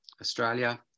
Australia